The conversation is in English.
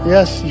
Yes